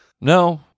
No